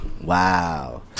Wow